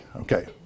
Okay